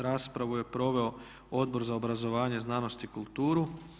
Raspravu je proveo Odbor za obrazovanje, znanost i kulturu.